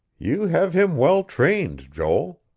you have him well trained, joel.